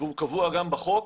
והוא קבוע גם בחוק.